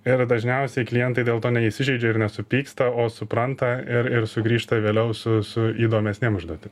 ir dažniausiai klientai dėl to neįsižeidžia ir nesupyksta o supranta ir ir sugrįžta vėliau su su įdomesnėm užduotim